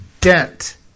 dent